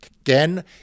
Again